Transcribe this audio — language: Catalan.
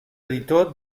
editor